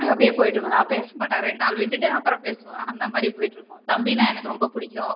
அப்படியே போயிட்ருக்கும் நான் பேசமாட்டேன் ரெண்டு நாள் விட்டுவிட்டு அப்புறம் பேசுவ அந்தமாதிரி போயிடிருக்கும் தம்பினா எனக்கு ரொம்ப பிடிக்கும்